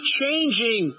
changing